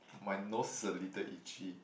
my nose is a little itchy